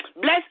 Bless